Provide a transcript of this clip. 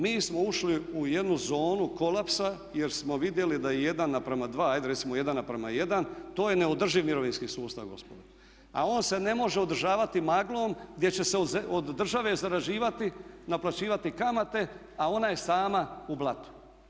Mi smo ušli u jednu zonu kolapsa jer smo vidjeli da je 1:2, hajde recimo 1:1 to je neodrživ mirovinski sustav gospodo, a on se ne može održavati maglom gdje će se od države zarađivati, naplaćivati kamate a ona je sama u blatu.